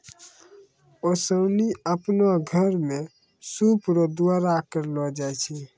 ओसानी आपनो घर मे सूप रो द्वारा करलो जाय छै